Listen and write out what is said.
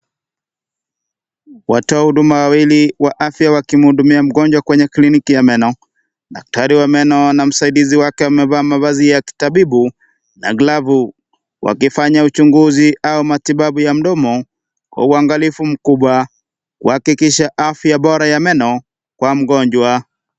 Watu wa huduma wawili wa afya wakimhudumia mgonjwa kwenye kliniki ya meno, daktari wa meno na msaidizi wake wamevaa mavazi ya kitabibu na glovu, wakifanya uchunguzi au matibabu ya mdomo kwa uangalifu mkubwa, kuhakikisha afya bora ya meno kwa mgonjwa.